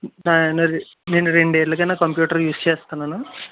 నేను రెండేళ్ళుగా నా కంప్యూటర్ యూజ్ చేస్తున్నాను